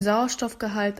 sauerstoffgehalt